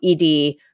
ED